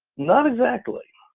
not exactly.